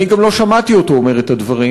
אני גם לא שמעתי אותו אומר את הדברים,